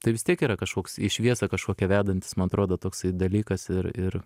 tai vis tiek yra kažkoks į šviesą kažkokią vedantis man atrodo toksai dalykas ir ir